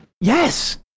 Yes